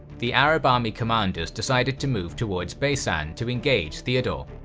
the arab army commanders decided to move towards baisan to engage theodore.